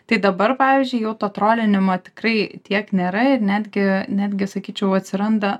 tai dabar pavyzdžiui jau to trolinimo tikrai tiek nėra ir netgi netgi sakyčiau atsiranda